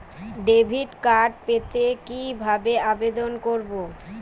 Debit card পেতে কি ভাবে আবেদন করব?